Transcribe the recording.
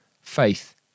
faith